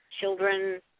children